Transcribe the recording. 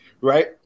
Right